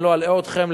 אני לא אלאה אתכם,